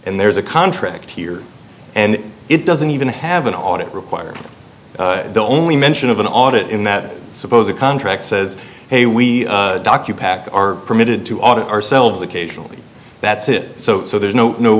and there is a contract here and it doesn't even have an audit required the only mention of an audit in that suppose a contract says hey we dock you pack are permitted to audit ourselves occasionally that's it so so there's no no